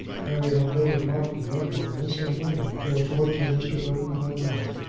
harry had no remark to make on this, and waited, therefore, till mr. burton went on.